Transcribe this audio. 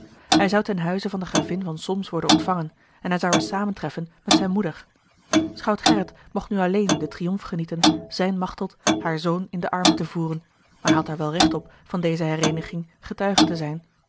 hij zou ten huize van de gravin van solms worden ontvangen en hij zou er samentreffen met zijne moeder schout gerrit mocht nu alleen den triomf genieten zijne machteld haar zoon in de armen te voeren maar hij had er wel recht op van deze hereeniging getuige te zijn